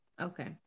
Okay